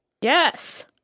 Yes